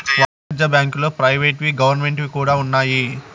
వాణిజ్య బ్యాంకుల్లో ప్రైవేట్ వి గవర్నమెంట్ వి కూడా ఉన్నాయి